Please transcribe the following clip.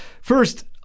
First